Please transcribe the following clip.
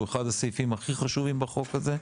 הוא אחד הסעיפים הכי חשובים בחוק הזה.